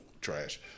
trash